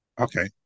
Okay